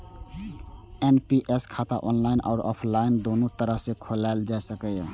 NPS खाता online आ offline, दुनू तरह सं खोलाएल जा सकैए